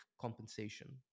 compensation